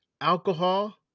alcohol